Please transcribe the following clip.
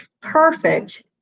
perfect